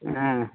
ஆ